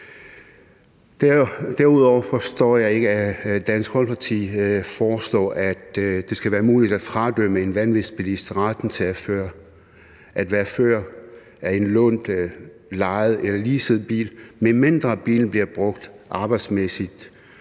Derudover forstår jeg ikke, at Dansk Folkeparti foreslår, at det skal være muligt at fradømme en vanvidsbilist retten til at være fører af en lånt, lejet eller leaset bil, medmindre bilen bliver brugt arbejdsmæssigt